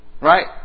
right